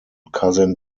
cousin